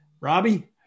Robbie